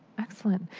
excellent.